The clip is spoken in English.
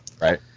Right